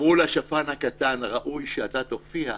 אמרו לשפן הקטן, ראוי שאתה תופיע,